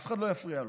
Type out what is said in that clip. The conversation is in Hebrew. אף אחד לא יפריע לו.